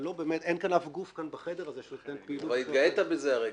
אין כאן אף גוף בחדר הזה שייתן פעילות --- אבל התגאית בזה הרגע,